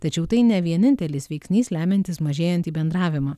tačiau tai ne vienintelis veiksnys lemiantis mažėjantį bendravimą